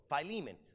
Philemon